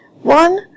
One